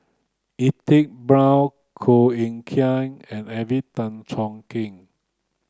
Edwin Brown Koh Eng Kian and Alvin Tan Cheong Kheng